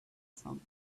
sound